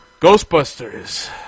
Ghostbusters